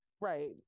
Right